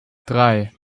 drei